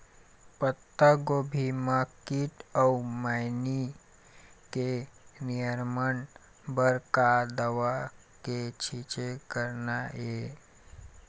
पत्तागोभी म कीट अऊ मैनी के नियंत्रण बर का दवा के छींचे करना ये?